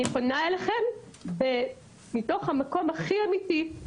אני פונה אליכם מתוך המקום הכי אמיתי,